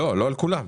לא על כולם.